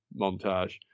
montage